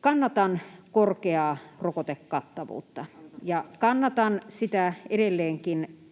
Kannatan korkeaa rokotekattavuutta [Mika Niikon